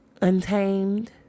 untamed